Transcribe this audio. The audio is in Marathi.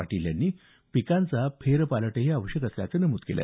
पाटील यांनी पिकांचा फेरपालटही आवश्यक असल्याचं नमूद केलं